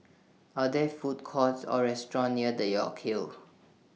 Are There Food Courts Or restaurants near York Hill